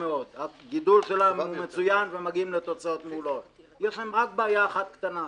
אני גם לא רוצה לדבר על האפקט של צער בעלי חיים.